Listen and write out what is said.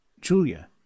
Julia